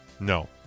No